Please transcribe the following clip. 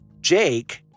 Jake